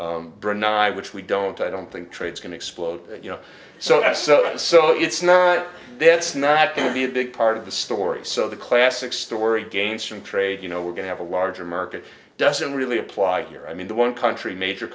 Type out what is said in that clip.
which we don't i don't think trades going to explode you know so that's so so it's not that's not going to be a big part of the story so the classic story gains from trade you know we're going to have a larger market doesn't really apply here i mean the one country major